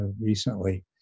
recently